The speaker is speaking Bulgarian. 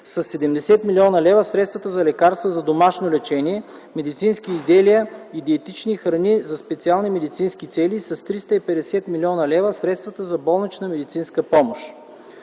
70 млн. лв. – средствата за лекарства за домашно лечение, медицински изделия и диетични храни за специални медицински цели и с 350 млн. лв. – средствата за болнична медицинска помощ.